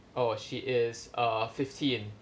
oh she is uh fifteen